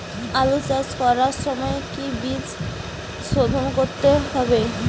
আলু চাষ করার সময় কি বীজ শোধন করতে হবে?